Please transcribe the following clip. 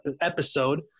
episode